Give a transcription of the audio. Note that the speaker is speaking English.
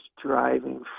driving